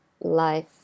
life